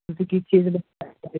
ਤੁਸੀ ਕਿਸ ਚੀਜ਼